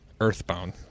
Earthbound